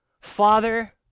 Father